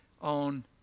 on